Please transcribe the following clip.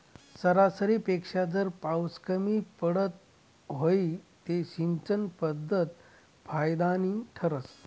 सरासरीपेक्षा जर पाउस कमी पडत व्हई ते सिंचन पध्दत फायदानी ठरस